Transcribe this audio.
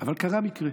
אבל קרה מקרה